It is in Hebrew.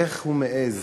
איך הוא מעז